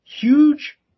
huge